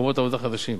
מקומות עבודה חדשים,